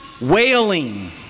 wailing